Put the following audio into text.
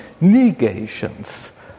negations